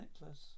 necklace